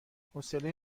حوصله